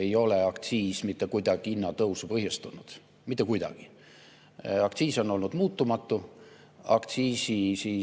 ei ole aktsiis ju mitte kuidagi hinnatõusu põhjustanud. Mitte kuidagi! Aktsiis on olnud muutumatu, aktsiisi